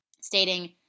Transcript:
stating